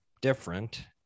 different